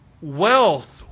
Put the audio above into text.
wealth